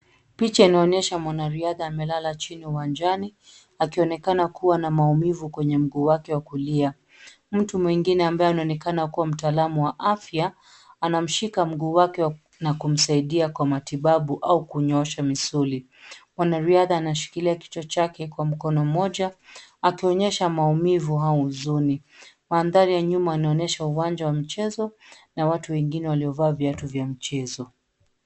Picha inaonyesha mwanariadha amelala chini uwanjani, akionekana kuwa na maumivu kwenye mguu wake wa kulia. Mtu mwingine ambaye anaonekana kuwa mtaalamu wa afya anamshika mguu wake na kumsaidia kwa matibabu au kunyoosha misuli. Wanariadha anashikilia kichwa chake kwa mkono mmoja akionyesha maumivu au huzuni. Mandhari ya nyuma inaonyesha uwanja wa mchezo, na watu wengine waliovaa viatu vya mchezo.